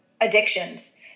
addictions